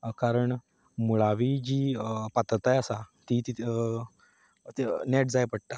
कारण मुळावी जी पात्रताय आसा ती तें नॅट जाय पडटा